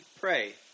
pray